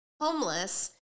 homeless